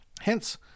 Hence